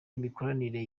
imikoranire